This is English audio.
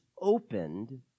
opened